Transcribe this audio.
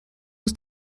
was